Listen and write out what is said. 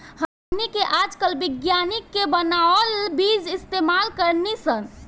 हमनी के आजकल विज्ञानिक के बानावल बीज इस्तेमाल करेनी सन